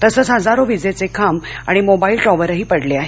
तसच हजारो विजेचे खांब आणि मोबाईल टॉवरही पडले आहेत